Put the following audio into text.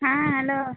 ᱦᱮᱸ ᱦᱮᱞᱳ